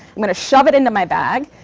i'm going to shove it into my bag,